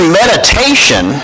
meditation